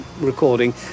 recording